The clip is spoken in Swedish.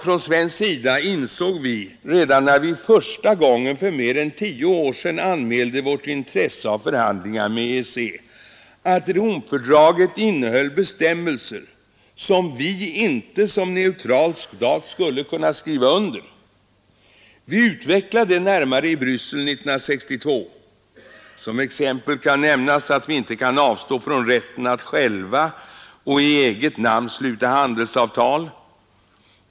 Från svensk sida insåg vi redan när vi första gången, för mer än tio år Sedan, anmälde vårt intresse för förhandlingar med EEC att Romfördraget innehöll bestämmelser som vi såsom neutral stat inte skulle kunna skriva under. Vi utvecklade detta närmare i Bryssel 1962. Som ett exempel kan nämnas att vi inte kan avstå från rätten att själva och i eget namn sluta handelsavtal.